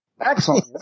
Excellent